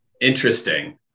interesting